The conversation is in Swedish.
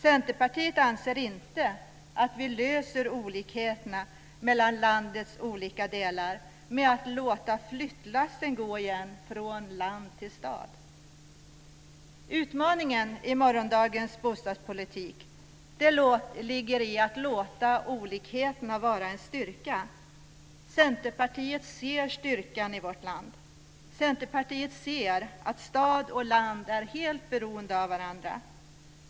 Centerpartiet anser inte att vi löser olikheterna mellan landets olika delar genom att låta flyttlassen återigen gå från land till stad. Utmaningen i morgondagens bostadspolitik ligger i att låta olikheterna vara en styrka. Centerpartiet ser styrkan i vårt land. Centerpartiet ser att stad och land är helt beroende av varandra.